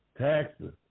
taxes